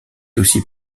aussi